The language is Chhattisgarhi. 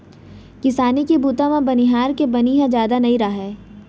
किसानी के बूता म बनिहार के बनी ह जादा नइ राहय